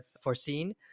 foreseen